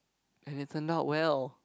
and it turned out well